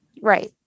Right